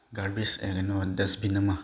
garbage ꯀꯩꯅꯣ dustbin ꯑꯃ